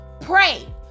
pray